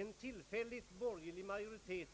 En tillfällig borgerlig majoritet